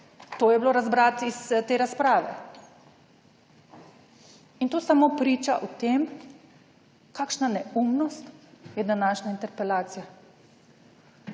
To je bilo razbrati iz te razprave in to samo priča o tem, kakšna neumnost je današnja interpelacija,